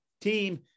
team